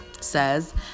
says